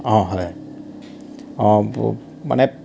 অঁ হয় মানে